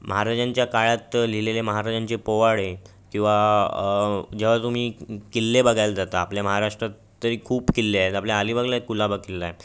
महाराजांच्या काळात लिहिलेले महाराजांचे पोवाडे किंवा जेव्हा तुम्ही किल्ले बघायला जाता आपल्या महाराष्ट्रात तरी खूप किल्ले आहेत आपल्या अलीबागला एक कुलाबा किल्ला आहे